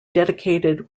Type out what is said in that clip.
dedicated